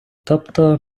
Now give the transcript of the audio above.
тобто